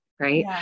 Right